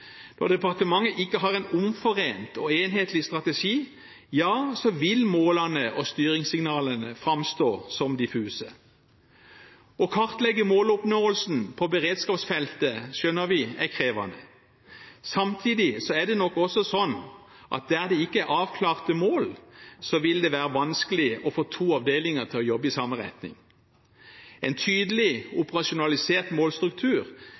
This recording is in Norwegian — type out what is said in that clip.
Når departementet ikke har en omforent og enhetlig strategi, vil målene og styringssignalene framstå som diffuse. Å kartlegge måloppnåelsen på beredskapsfeltet skjønner vi er krevende. Samtidig er det nok også sånn at der det ikke er avklarte mål, vil det være vanskelig å få to avdelinger til å jobbe i samme retning. En tydelig operasjonalisert målstruktur